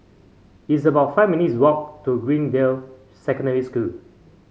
it's about five minutes' walk to Greendale Secondary School